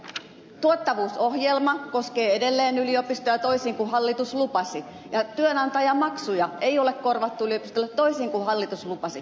tuottavuusohjelma koskee edelleen yliopistoja toisin kuin hallitus lupasi ja työnantajamaksuja ei ole korvattu yliopistoille toisin kuin hallitus lupasi